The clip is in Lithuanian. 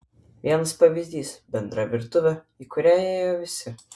vienas pavyzdys bendra virtuvė į kurią ėjo visi